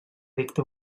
dicta